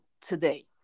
today